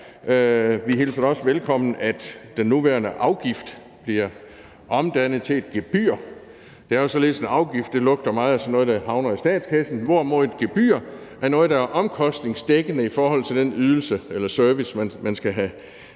Vi hilser det også velkommen, at den nuværende afgift bliver omdannet til et gebyr. Det er jo således, at en afgift lugter meget af noget, der havner i statskassen, hvorimod et gebyr er noget, der er omkostningsdækkende i forhold til den ydelse eller service, man skal have